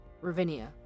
Ravinia